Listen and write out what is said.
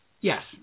Yes